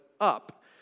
up